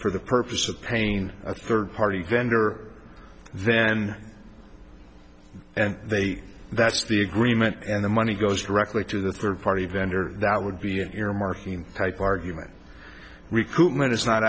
for the purpose of pain a third party vendor then and they that's the agreement and the money goes directly to the third party vendor that would be an earmarking type argument recoupment it's not